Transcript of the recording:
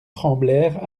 tremblèrent